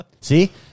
See